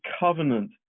covenant